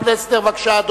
לדיון מוקדם בוועדה נתקבלה.